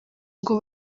ngo